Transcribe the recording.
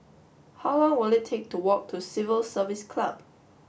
how long will it take to walk to Civil Service Club